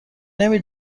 نمی